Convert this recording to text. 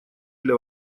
для